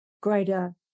greater